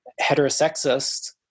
heterosexist